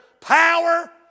power